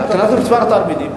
כן, הקטנת מספר התלמידים.